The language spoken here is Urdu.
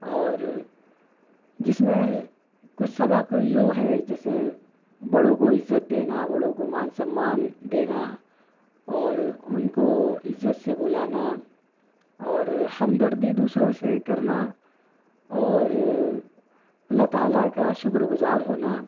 اور جس میں کچھ سبق یوں ہے جیسے بڑوں کو عزت دینا بڑوں کو مان سمان دینا اور ان کو عزت سے بلانا اور ہمدردی دوسروں سے کرنا اور اللہ تعالیٰ کا شکرگزار ہونا